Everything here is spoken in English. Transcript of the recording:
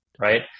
right